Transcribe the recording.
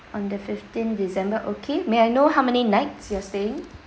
on the fifteen december okay may I know how many nights you are staying